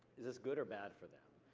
is this good or bad for them?